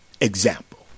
Example